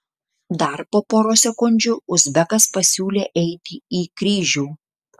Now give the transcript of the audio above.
dar po poros sekundžių uzbekas pasiūlė eiti į kryžių